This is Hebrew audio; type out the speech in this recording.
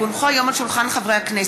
כי הונחה היום על שולחן הכנסת,